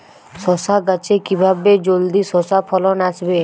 শশা গাছে কিভাবে জলদি শশা ফলন আসবে?